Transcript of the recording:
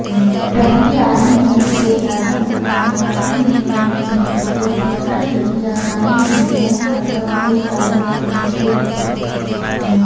पहिली आदमी मन के जादा पहचान पाती नइ बने रिहिस हे तेखर सेती असानी ले बैंक खाता खुल जावत रिहिस हे